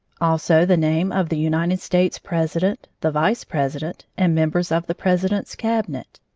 also the name of the united states' president, the vice-president, and members of the president's cabinet.